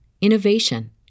innovation